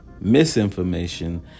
misinformation